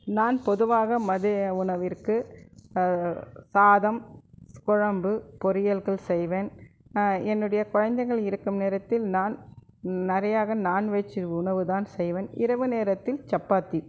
நான் பொதுவாக மத்திய உணவிற்கு சாதம் குழம்பு பொரியல்கள் செய்வேன் என்னுடைய குழந்தைகள் இருக்கும் நேரத்தில் நான் நிறையாக நான் வெஜ் உணவுதான் செய்வேன் இரவு நேரத்தில் சப்பாத்தி